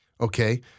Okay